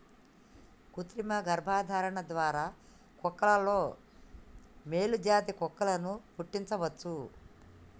కృతిమ గర్భధారణ ద్వారా కుక్కలలో మేలు జాతి కుక్కలను పుట్టించవచ్చు